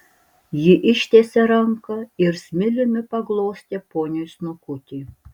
ji ištiesė ranką ir smiliumi paglostė poniui snukutį